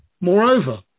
Moreover